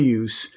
use